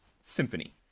Symphony